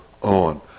on